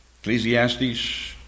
Ecclesiastes